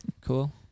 Cool